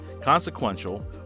consequential